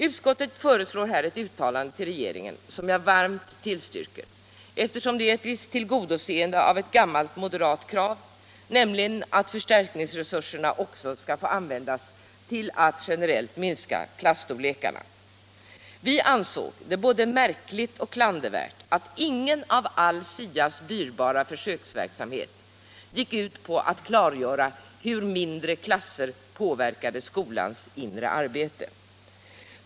Utskottet föreslår här ett uttalande för regeringen som jag varmt tillstyrker, eftersom det är ett tillgodoseende av ett gammalt moderat krav, nämligen att förstärkningsresurserna också skall få användas till att generellt minska klasstorlekarna. Vi ansåg det både märkligt och klandervärt att ingen del av all SIA:s dyrbara försöksverksamhet gick ut på att klargöra hur mindre klasser påverkade skolans inre arbete.